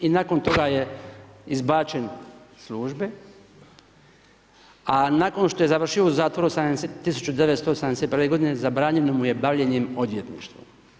I nakon toga je izbačen iz službe, a nakon što je završio u zatvoru 1971. godine zabranjeno mu je bavljenje odvjetništvom.